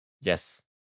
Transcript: Yes